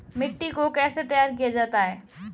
मिट्टी को कैसे तैयार किया जाता है?